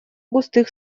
густых